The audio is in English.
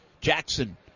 Jackson